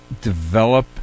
develop